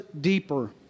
deeper